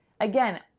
Again